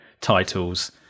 titles